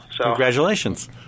Congratulations